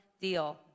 deal